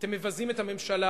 אתם מבזים את הממשלה,